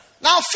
Now